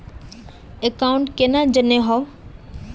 Account केना जाननेहव?